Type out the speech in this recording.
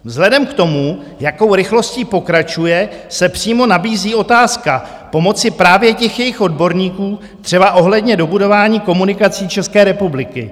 Vzhledem k tomu, jakou rychlostí pokračuje, se přímo nabízí otázka pomoci právě těch jejich odborníků, třeba ohledně dobudování komunikací České republiky.